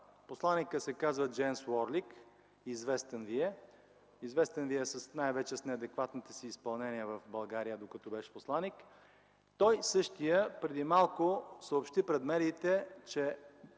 Посланикът се казва Джеймс Уорлик – известен ви е най-вече с неадекватните си изпълнения в България, докато беше посланик. Същият той преди малко съобщи пред медиите, че